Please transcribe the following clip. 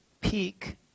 peak